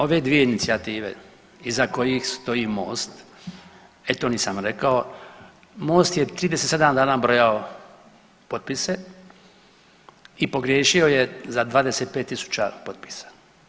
Ove dvije inicijative iza kojih stoji Most e to nisam rekao, Most je 37 dana brojao potpise i pogriješio je za 25.000 potpisa.